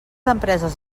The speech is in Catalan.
empreses